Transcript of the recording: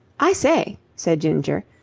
i say, said ginger,